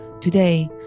Today